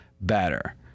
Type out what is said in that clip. better